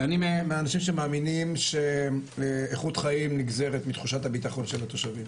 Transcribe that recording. אני מהאנשים שמאמינים שאיכות חיים נגזרת מתחושת הביטחון של התושבים,